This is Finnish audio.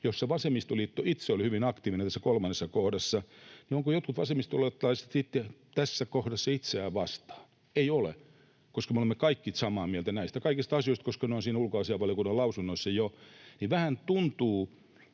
jossa vasemmistoliitto itse oli hyvin aktiivinen tässä kolmannessa kohdassa, niin ovatko jotkut vasemmistoliittolaiset sitten tässä kohdassa itseään vastaan? Eivät ole, koska me olemme kaikki samaa mieltä näistä kaikista asioista, koska ne ovat jo siinä ulkoasiainvaliokunnan mietinnössä. Vähän tuntuvat